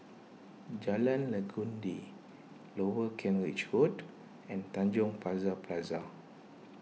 Jalan Legundi Lower Kent Ridge Road and Tanjong Pagar Plaza